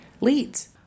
leads